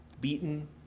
beaten